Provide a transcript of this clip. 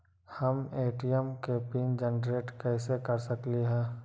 हम ए.टी.एम के PIN generate कईसे कर सकली ह?